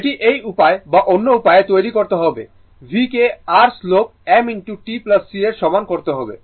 এটি এই উপায়ে বা অন্য উপায়ে তৈরি করতে হবে V কে r slope m t C এর সমান করতে হবে